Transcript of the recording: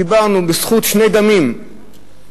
דיברנו, בזכות שני דמים,